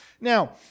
Now